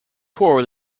poor